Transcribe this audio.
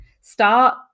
Start